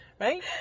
right